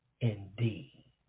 indeed